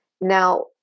Now